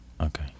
okay